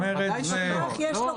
ודאי שלא.